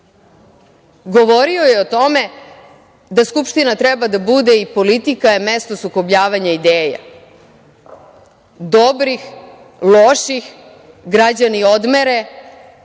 govorio je o tome da su Skupština treba da bude i politika je mesto sukobljavanja ideja, dobrih, loših, građani odmere,